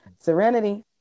serenity